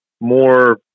more